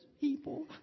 people